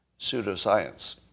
pseudoscience